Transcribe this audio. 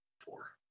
four